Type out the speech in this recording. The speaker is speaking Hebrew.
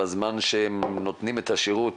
בזמן שהם נותנים את השירות